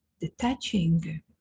Detaching